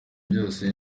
byose